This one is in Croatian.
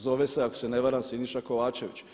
Zove se ako se ne varam Siniša Kovačević.